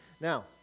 Now